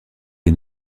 les